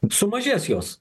sumažės jos